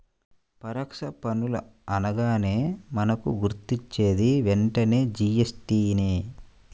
పరోక్ష పన్నులు అనగానే మనకు గుర్తొచ్చేది వెంటనే జీ.ఎస్.టి నే